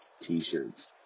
T-shirts